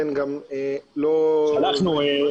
כנראה,